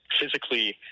physically